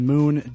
Moon